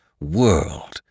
world